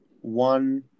one